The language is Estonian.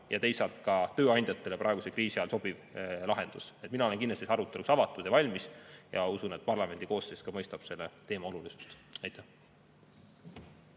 ja teisalt ka tööandjatele praeguse kriisi ajal sobiv lahendus. Mina olen kindlasti aruteluks avatud ja valmis ja usun, et parlamendi koosseis mõistab samuti selle teema olulisust. Andre